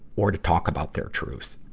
or to talk about their truth.